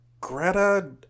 Greta